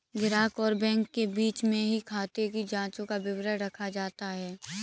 ग्राहक और बैंक के बीच में ही खाते की जांचों का विवरण रखा जाता है